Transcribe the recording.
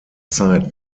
zeit